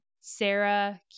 Sarah